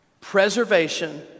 Preservation